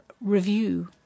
Review